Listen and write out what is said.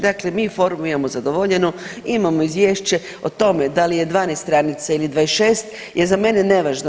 Dakle, mi formu imao zadovoljenu, imamo izvješće o tome da li je 12 stranica ili 26 je za mene nevažno.